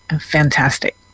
fantastic